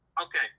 Okay